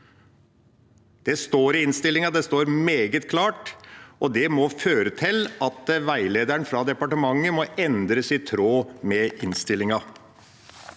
Det står i innstillinga, det står meget klart, og det må føre til at veilederen fra departementet må endres i tråd med innstillinga.